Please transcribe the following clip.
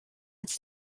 its